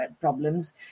problems